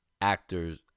actors